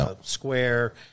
Square